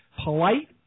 Polite